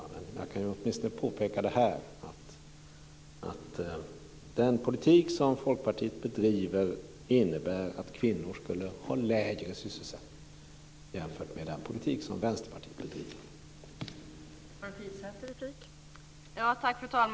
Men jag kan åtminstone påpeka att den politik som Folkpartiet bedriver innebär att kvinnor får lägre sysselsättning jämfört med den politik som Vänsterpartiet bedriver.